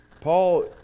Paul